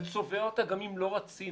זה צובע אותה גם אם לא רצינו